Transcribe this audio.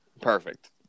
Perfect